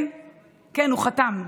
כן כן, הוא חתם.